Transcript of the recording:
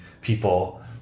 people